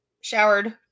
showered